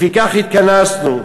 לפיכך התכנסנו,